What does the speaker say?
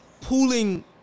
pooling